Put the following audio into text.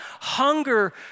hunger